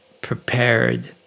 prepared